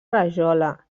rajola